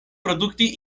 produkti